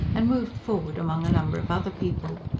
and moved forward among a number of other people.